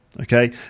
okay